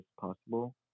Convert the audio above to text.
possible